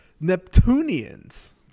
Neptunians